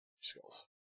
skills